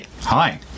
Hi